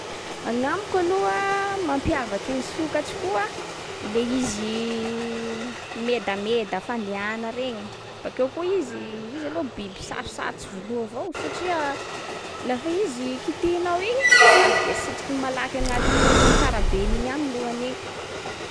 Agnamiko aloha mampiavaky ny sokatsy koa, le izy medameda fandehàna regny. Bakeo koa izy, izy aloha biby sarosarotsy voloa avao. Satria lafa izy kitihinao igny, avy de asitsikiny malaky agnatin’ny karabeny iny agny lohany iny.